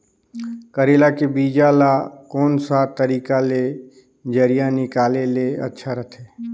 करेला के बीजा ला कोन सा तरीका ले जरिया निकाले ले अच्छा रथे?